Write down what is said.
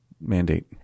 mandate